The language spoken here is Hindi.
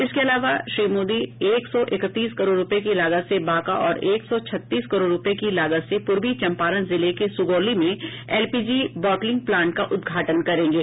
इसके अलावा श्री मोदी एक सौ इकतीस करोड़ रूपये की लागत से बांका और एक सौ छत्तीस करोड़ रूपये की लागत से पूर्वी चंपारण जिले के सुगौली में एलपीजी बॉटलिंग प्लांट का उद्घाटन करेंगे